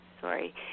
Sorry